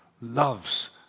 loves